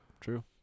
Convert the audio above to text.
true